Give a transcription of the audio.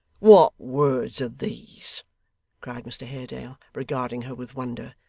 what words are these cried mr haredale, regarding her with wonder.